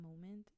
moment